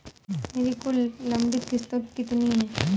मेरी कुल लंबित किश्तों कितनी हैं?